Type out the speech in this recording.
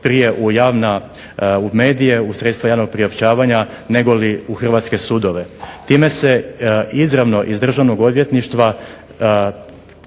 dođu prije u sredstva javnog priopćavanja u medije negoli u hrvatske sudove. Time se izravno iz Državnog odvjetništva